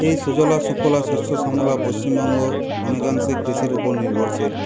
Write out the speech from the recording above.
এই সুজলা সুফলা শস্যশ্যামলা পশ্চিমবঙ্গ অনেকাংশে কৃষির উপর নির্ভরশীল